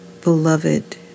beloved